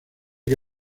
que